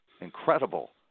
incredible